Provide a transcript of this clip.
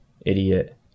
idiot